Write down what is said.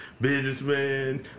businessman